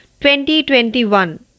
2021